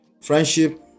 friendship